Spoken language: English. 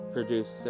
Produce